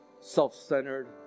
self-centered